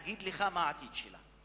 ואגיד לך מה העתיד שלה.